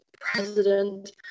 president